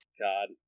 God